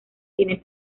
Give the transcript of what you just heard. tiene